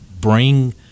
bring